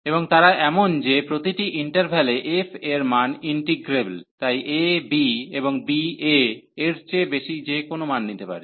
এবং তারা এমন যে প্রতিটি ইন্টারভ্যালে f এর মান ইন্টিগ্রেবল তাই a b এবং b a এর চেয়ে বেশি যেকোন মান নিতে পারে